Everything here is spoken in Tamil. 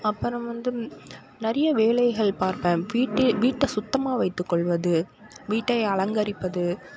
அப்புறம் வந்து நிறைய வேலைகள் பார்ப்பேன் வீட்டு வீட்டை சுத்தமாக வைத்துக் கொள்வது வீட்டை அலங்கரிப்பது